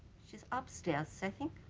she's upstairs i think